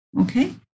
Okay